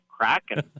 Kraken